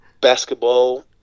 basketball